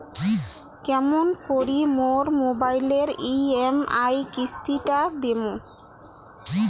কেমন করি মোর মোবাইলের ই.এম.আই কিস্তি টা দিম?